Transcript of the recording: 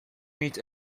meet